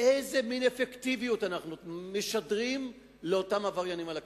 איזה מין אפקטיביות אנחנו משדרים לאותם עבריינים על הכבישים?